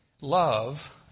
Love